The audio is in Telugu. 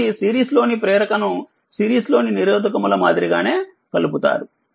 కాబట్టి సిరీస్లోని ప్రేరకను సిరీస్లోని నిరోధకముల మాదిరిగానే కలుపుతారు